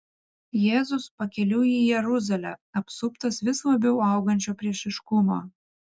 jėzus pakeliui į jeruzalę apsuptas vis labiau augančio priešiškumo